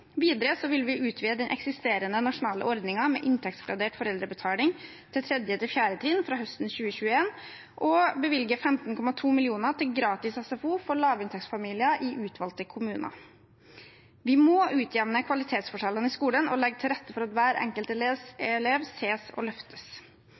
vil vi utvide den eksisterende nasjonale ordningen med inntektsgradert foreldrebetaling til tredje og fjerde trinn fra høsten 2021 og bevilge 15,2 mill. kr til gratis SFO for lavinntektsfamilier i utvalgte kommuner. Vi må utjevne kvalitetsforskjellene i skolen og legge til rette for at hver enkelt